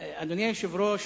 אדוני היושב-ראש,